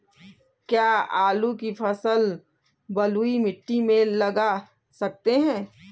क्या आलू की फसल बलुई मिट्टी में लगा सकते हैं?